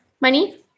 money